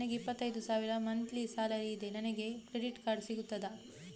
ನನಗೆ ಇಪ್ಪತ್ತೈದು ಸಾವಿರ ಮಂತ್ಲಿ ಸಾಲರಿ ಇದೆ, ನನಗೆ ಕ್ರೆಡಿಟ್ ಕಾರ್ಡ್ ಸಿಗುತ್ತದಾ?